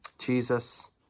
Jesus